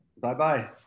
Bye-bye